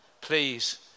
please